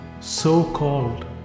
so-called